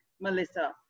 Melissa